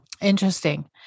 Interesting